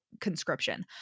conscription